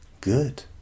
good